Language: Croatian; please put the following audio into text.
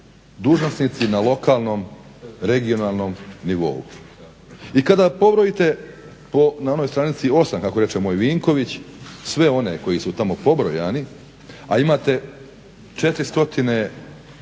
dužnosnici na lokalnom, regionalnom nivou. I kada pobrojite na onoj stranici 8 kako reče moj Vinković sve one koji su tamo pobrojani, a imate 429 općina,